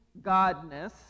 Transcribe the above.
godness